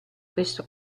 questo